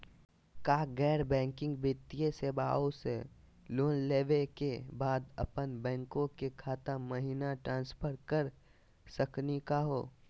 का गैर बैंकिंग वित्तीय सेवाएं स लोन लेवै के बाद अपन बैंको के खाता महिना ट्रांसफर कर सकनी का हो?